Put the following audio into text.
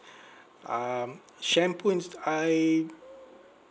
um shampoo ins I